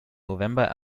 november